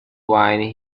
wine